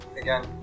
again